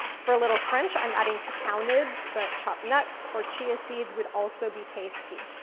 for a little crunch, i'm adding cacao nibs, but chopped nuts or chia seeds would also be tasty.